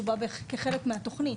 שהוא בא כחלק מהתוכנית.